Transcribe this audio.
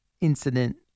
incident